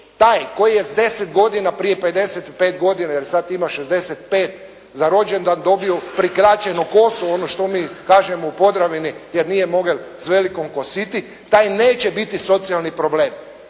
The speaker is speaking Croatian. Taj koji je s 10 godina prije 55 godina, jer sada ima 65 za rođendan dobio prikraćenu kosu, ono što mi kažemo u Podravini, jel' nije mogel s velikom kositi, taj neće biti socijalni problem.